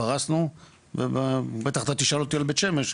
פרסנו ובטח אתה תשאל אותי על בית שמש,